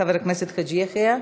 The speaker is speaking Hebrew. חבר הכנסת חאג' יחיא,